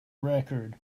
record